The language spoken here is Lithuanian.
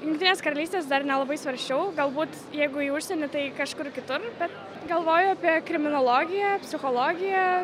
jungtines karalystes dar nelabai svarsčiau galbūt jeigu į užsienį tai kažkur kitur bet galvoju apie kriminologiją psichologiją